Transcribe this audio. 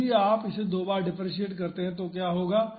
तो यदि आप इसे दो बार डिफ्रेंसियेट करते हैं तो क्या होगा